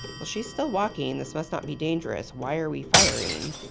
well, she's still walking. this must not be dangerous. why are we firing?